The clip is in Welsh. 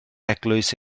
eglwys